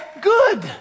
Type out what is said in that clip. good